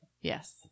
yes